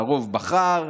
הרוב בחר,